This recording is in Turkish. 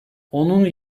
onun